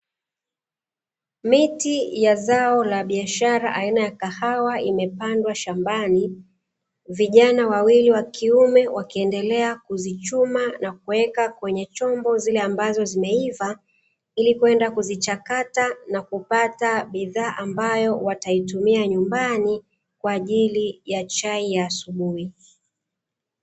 Miti ya zao la biashara aina ya kahawa imepandwa shambani. Vijana wawili wa kiume wakiendelea kuzichuma na kuweka kwenye chombo zile ambazo zimeiva, ili kwenda kuzichakata na kupata bidhaa ambayo wataitumia nyumbani kwa ajili ya chai ya asubuhi.